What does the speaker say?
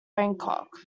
bangkok